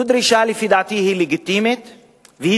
זו דרישה שלפי דעתי היא לגיטימית וצודקת,